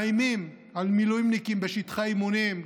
מאיימים על מילואימניקים בשטחי אימונים,